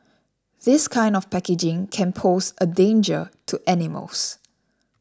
this kind of packaging can pose a danger to animals